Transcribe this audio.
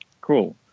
Cool